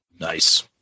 Nice